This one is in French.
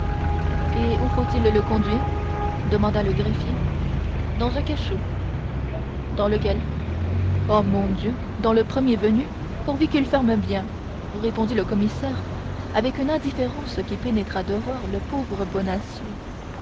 et où faut-il le conduire demanda le greffier dans un cachot dans lequel oh mon dieu dans le premier venu pourvu qu'il ferme bien répondit le commissaire avec une indifférence qui pénétra d'horreur le pauvre bonacieux